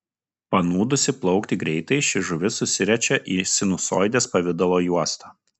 panūdusi plaukti greitai ši žuvis susiriečia į sinusoidės pavidalo juostą